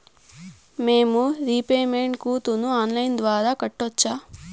మేము రీపేమెంట్ కంతును online ద్వారా కట్టొచ్చా